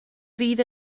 fydd